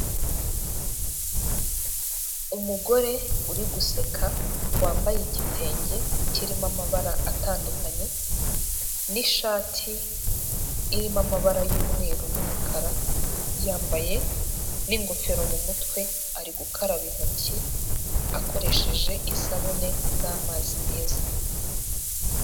Umugore uri guseka, wambaye igitenge kirimo amabara atandukanye n'ishati irimo amabara y'umweru n'umukara, yambaye n'ingofero mu mutwe, ari gukaraba intoki akoresheje isabune n'amazi meza.